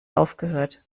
aufgehört